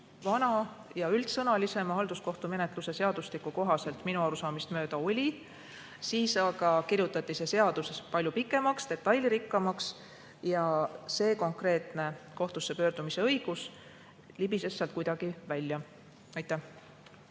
vana ja üldsõnalisema halduskohtumenetluse seadustiku kohaselt minu arusaamist mööda oli, siis aga kirjutati see seaduses palju pikemaks, detailirikkamaks, ja see konkreetne kohtusse pöördumise õigus libises sealt kuidagi välja. Annely